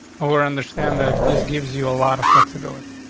or understand that this gives you a lot of flexibility.